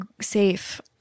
safe